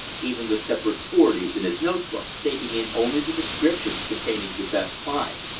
even the separate forties in his note-book taking in only the descriptions containing the best pine.